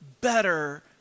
better